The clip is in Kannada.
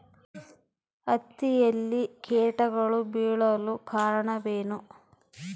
ಹತ್ತಿಯಲ್ಲಿ ಕೇಟಗಳು ಬೇಳಲು ಕಾರಣವೇನು?